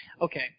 Okay